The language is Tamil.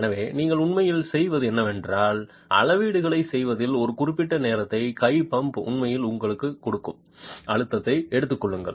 எனவே நீங்கள் உண்மையில் செய்வது என்னவென்றால் அளவீடுகளைச் செய்வதில் ஒரு குறிப்பிட்ட நேரத்தில் கை பம்ப் உண்மையில் உங்களுக்குக் கொடுக்கும் அழுத்தத்தை எடுத்துக் கொள்ளுங்கள்